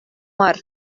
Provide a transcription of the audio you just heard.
мар